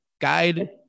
guide